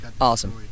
awesome